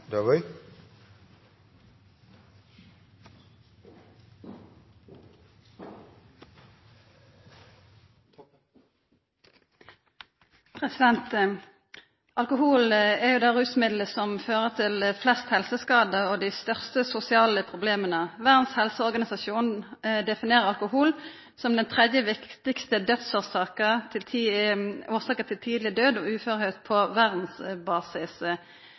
jo det rusmidlet som fører til flest helseskadar og dei største sosiale problema. Verdas helseorganisasjon definerer alkohol som den tredje viktigaste årsaka til tidleg død og uføre på